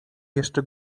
jeszcze